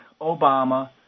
Obama